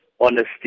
honesty